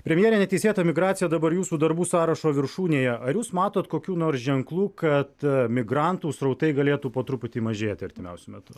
premjere neteisėta migracija dabar jūsų darbų sąrašo viršūnėje ar jūs matot kokių nors ženklų kad migrantų srautai galėtų po truputį mažėti artimiausiu metu